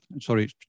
sorry